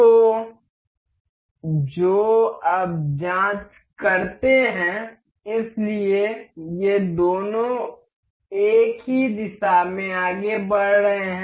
तो जो अब जांच करते हैं इसलिए ये दोनों एक ही दिशा में आगे बढ़ रहे हैं